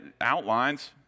outlines